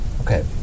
Okay